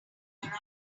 are